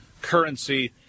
currency